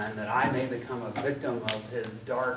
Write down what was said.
that i may become a victim of his dark